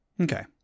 okay